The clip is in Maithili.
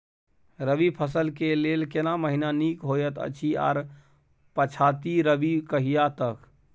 रबी फसल के लेल केना महीना नीक होयत अछि आर पछाति रबी कहिया तक?